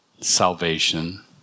salvation